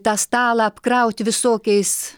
tą stalą apkrauti visokiais